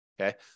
Okay